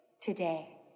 today